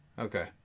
Okay